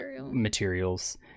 materials